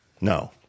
No